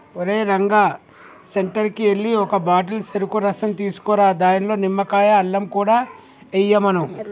ఓరేయ్ రంగా సెంటర్కి ఎల్లి ఒక బాటిల్ సెరుకు రసం తీసుకురా దానిలో నిమ్మకాయ, అల్లం కూడా ఎయ్యమను